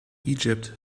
egypt